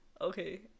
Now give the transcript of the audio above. Okay